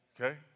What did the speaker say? Okay